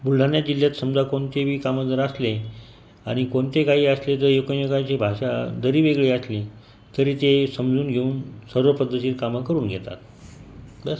बुलढाणा जिल्ह्यात समजा कोणतेबी कामं जरी असले आणि कोणते काही असले तरी एकमेकांची भाषा जरी वेगळी असली तरी ते समजून घेऊन सर्व पद्धतीची कामं करून घेतात बस